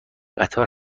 قطار